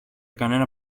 κανένα